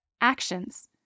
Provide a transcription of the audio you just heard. Actions